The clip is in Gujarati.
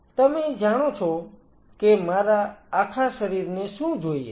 તમે જાણો છો કે મારા આખા શરીરને શું જોઈએ છે